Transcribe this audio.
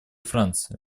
франции